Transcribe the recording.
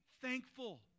thankful